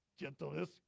gentleness